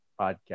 podcast